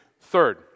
Third